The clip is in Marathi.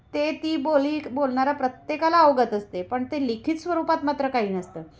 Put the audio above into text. ते ती बोली बोलणारा प्रत्येकाला अवगत असते पण ते लिखित स्वरूपात मात्र काही नसतं